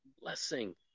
blessing